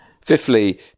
Fifthly